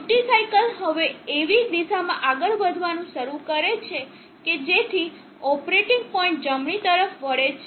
duty cycle હવે એવી દિશામાં આગળ વધવાનું શરૂ કરે છે કે જેથી ઓપરેટિંગ પોઇન્ટ જમણી તરફ વળે છે